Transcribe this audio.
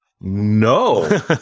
no